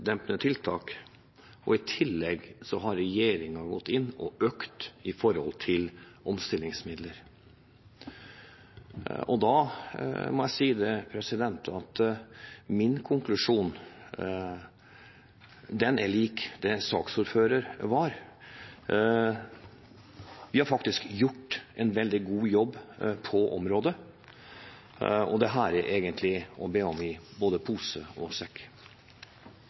konfliktdempende tiltak, og i tillegg har regjeringen gått inn og økt omstillingsmidlene. Da må jeg si at min konklusjon er lik saksordførerens konklusjon. Vi har faktisk gjort en veldig god jobb på området, og dette er egentlig å be om å få i både pose og sekk.